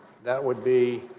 that would be